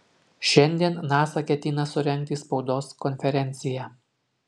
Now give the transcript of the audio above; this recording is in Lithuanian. šiandien nasa ketina surengti spaudos konferenciją